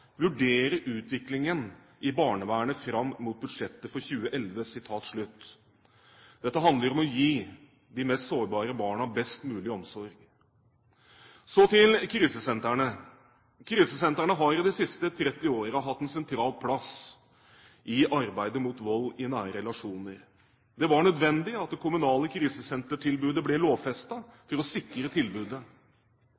vurdere utviklingen i barnevernet fram mot budsjettet for 2011. Dette handler om å gi de mest sårbare barna best mulig omsorg. Så til krisesentrene. Krisesentrene har i de siste tretti år hatt en sentral plass i arbeidet mot vold i nære relasjoner. Det var nødvendig at det kommunale krisesentertilbudet ble